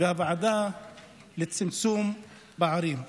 והוועדה לצמצום פערים.